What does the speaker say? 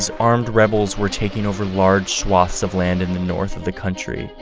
armed rebels were taking over large swaths of land in the north of the country,